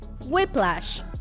Whiplash